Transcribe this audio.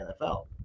nfl